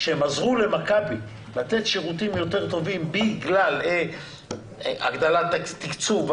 עזרה למכבי לתת שירותים יותר טובים בגלל הגדלת תקצוב,